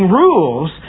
rules